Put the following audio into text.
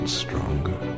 stronger